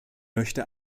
möchte